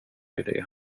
idé